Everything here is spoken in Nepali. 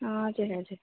हजुर हजुर